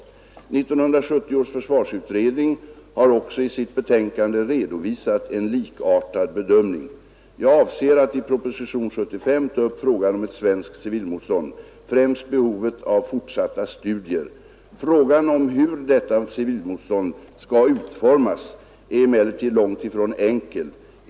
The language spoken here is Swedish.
1970 års försvarsutredning har också i sitt betänkande redovisat en likartad bedömning. Jag avser att i proposition nr 75 ta upp frågan om ett svenskt civilmotstånd, främst behovet av fortsatta studier. Frågan om hur detta civilmotstånd skall utformas är emellertid långt ifrån enkel.